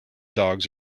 dogs